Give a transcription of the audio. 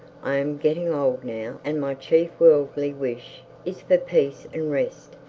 i am getting old now and my chief worldly wish is for peace and rest.